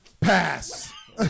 Pass